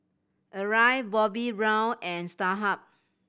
Arai Bobbi Brown and Starhub